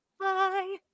bye